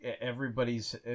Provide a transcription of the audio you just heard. everybody's